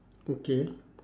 okay